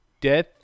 death